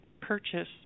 purchase